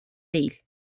değil